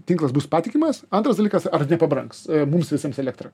tinklas bus patikimas antras dalykas ar nepabrangs mums visiems elektra